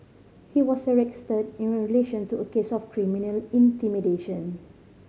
he was arrested in relation to a case of criminal intimidation